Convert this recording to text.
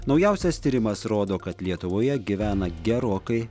naujausias tyrimas rodo kad lietuvoje gyvena gerokai